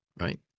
right